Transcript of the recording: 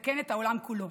לתקן את העולם כולו.